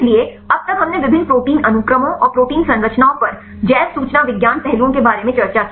इसलिए अब तक हमने विभिन्न प्रोटीन अनुक्रमों और प्रोटीन संरचनाओं पर जैव सूचना विज्ञान पहलुओं के बारे में चर्चा की